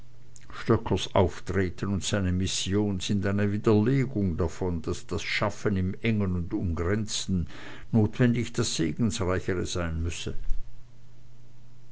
stoeckers auftreten und seine mission sind eine widerlegung davon daß das schaffen im engen und umgrenzten notwendig das segensreichere sein müsse